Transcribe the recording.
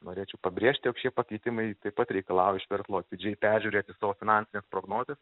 norėčiau pabrėžti jog šie pakeitimai taip pat reikalauja iš verslo atidžiai peržiūrėti savo finansines prognozes